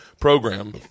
program